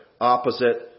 opposite